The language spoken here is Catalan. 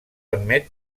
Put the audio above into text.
admet